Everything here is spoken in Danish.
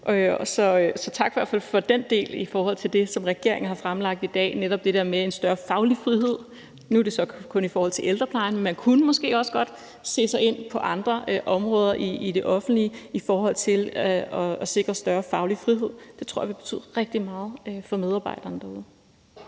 Så tak i hvert fald for den del i forhold til det, som regeringen har fremlagt i dag. Nu er det så kun i forhold til ældreplejen, men man kunne måske også godt se på andre områder i det offentlige i forhold til at sikre større faglig frihed. Det tror jeg vil betyde rigtig meget for medarbejderne derude.